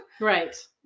right